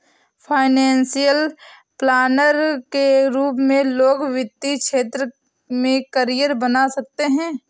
financial planner के रूप में लोग वित्तीय क्षेत्र में करियर बना सकते हैं